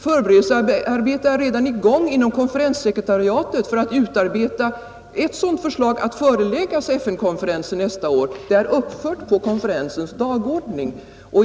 Föreberedelsearbete är redan i gång inom konferenssekretariatet för att utarbeta ett sådant förslag att föreläggas FN-konferensen nästa år — det är uppfört på konferensens dagordning.